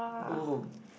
oh